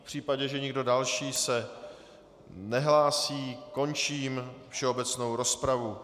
V případě, že nikdo další se nehlásí, končím všeobecnou rozpravu.